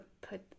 put